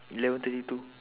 eleven thirty two